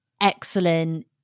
excellent